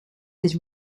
this